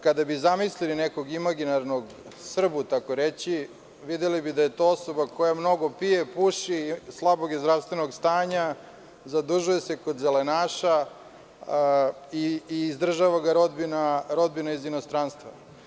Kada bi zamislili nekog imaginarnog Srbu, tako reći, videli bi da je to osoba koja mnogo pije, puši, slabog je zdravstvenog stanja, zadužuje se kod zelenaša, i izdržava ga rodbina iz inostranstva.